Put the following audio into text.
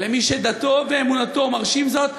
למי שדתו ואמונתו מרשים זאת,